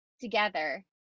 together